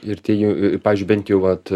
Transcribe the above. ir tie jų pavyzdžiui bent jau vat